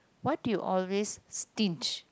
what you always stinge